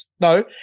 No